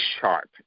sharp